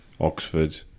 Oxford